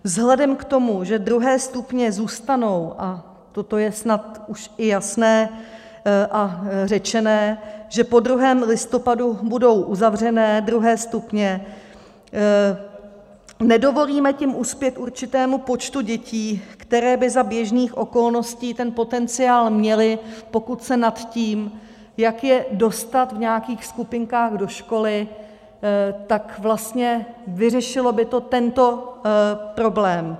Vzhledem k tomu, že druhé stupně zůstanou a to je snad už i jasné a řečené že po druhém listopadu budou uzavřené druhé stupně, nedovolíme tím uspět určitému počtu dětí, které by za běžných okolností ten potenciál měly, pokud se nad tím, jak je dostat v nějakých skupinkách do školy, tak vlastně vyřešilo by to tento problém.